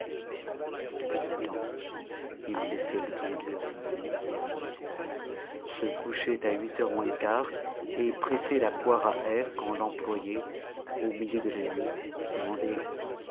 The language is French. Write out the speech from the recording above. depuis ce temps il laissait letondu à son ombre et à son mystère se couchait à huit heures moins le quart et pressait la poire à air quand l'employé au milieu de la nuit demandait